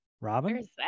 Robin